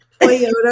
Toyota